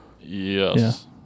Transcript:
yes